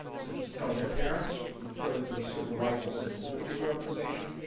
such as tell their parents, report it to a civil rights or civil liberties organization,